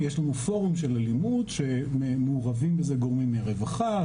יש לנו פורום של אלימות שמעורבים בזה גורמים מהרווחה,